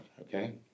okay